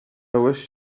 wish